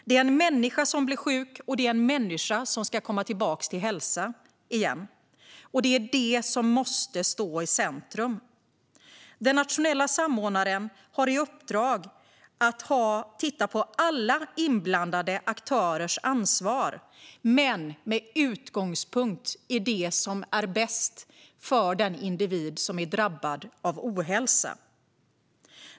Det är en människa som blir sjuk, och det är en människa som ska komma tillbaka till hälsa igen. Detta måste stå i centrum. Den nationella samordnaren har i uppdrag att titta på alla inblandade aktörers ansvar, men med utgångspunkt i det som är bäst för den individ som är drabbad av ohälsa.